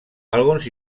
alguns